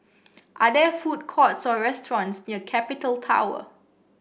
are there food courts or restaurants near Capital Tower